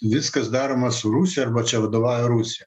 viskas daroma su rusija arba čia vadovauja rusija